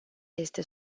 este